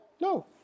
No